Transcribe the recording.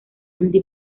andy